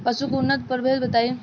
पशु के उन्नत प्रभेद बताई?